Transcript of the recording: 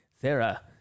Sarah